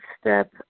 step